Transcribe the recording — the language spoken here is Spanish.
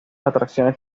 atracciones